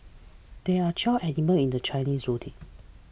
there are twelve animals in the Chinese zodiac